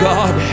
God